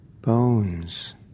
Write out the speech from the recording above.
bones